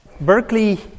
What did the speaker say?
Berkeley